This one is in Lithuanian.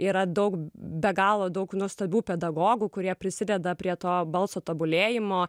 yra daug be galo daug nuostabių pedagogų kurie prisideda prie to balso tobulėjimo